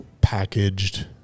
packaged